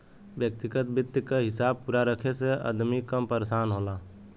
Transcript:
व्यग्तिगत वित्त क हिसाब पूरा रखे से अदमी कम परेसान होला